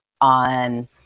on